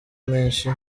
menshi